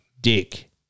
dick